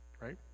right